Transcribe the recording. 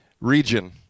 region